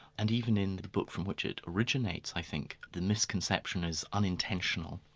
and even in the book from which it originates, i think, the misconception is unintentional,